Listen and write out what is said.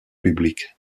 publiques